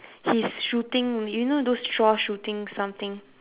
he's shooting you know those straw shooting something